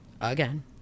Again